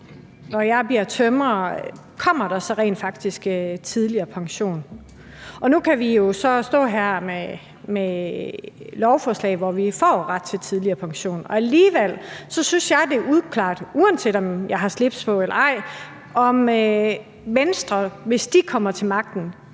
Når jeg bliver udlært som tømrer, kommer der så rent faktisk tidligere pension? Og nu står vi jo så her med et lovforslag, som giver ret til tidligere pension, og alligevel synes jeg, det er uklart – uanset om jeg har slips på eller ej – om Venstre, hvis de kommer til magten,